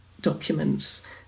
documents